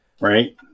right